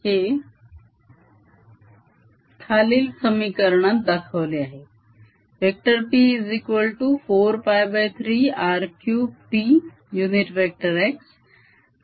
हे खालील समीकरणात दाखवले आहे